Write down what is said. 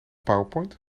powerpoint